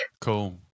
Cool